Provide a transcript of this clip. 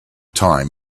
time